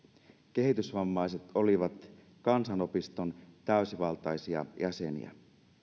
kehitysvammaiset olivat kansanopiston täysivaltaisia jäseniä